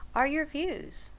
are your views?